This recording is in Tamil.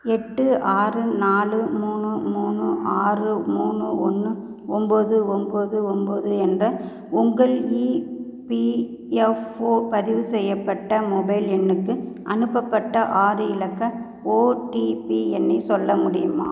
எட்டு ஆறு நாலு மூணு மூணு ஆறு மூணு ஒன்று ஒம்பது ஒம்பது ஒம்பது என்ற உங்கள் ஈபிஎஃப்ஓ பதிவு செய்யப்பட்ட மொபைல் எண்ணுக்கு அனுப்பப்பட்ட ஆறு இலக்க ஓடிபி எண்ணை சொல்ல முடியுமா